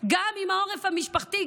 גם אם העורף המשפחתי,